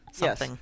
Yes